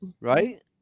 right